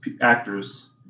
actors